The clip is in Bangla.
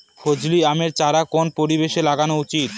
ফজলি আমের চারা কোন পরিবেশে লাগানো উচিৎ?